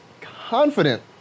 confident